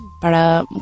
para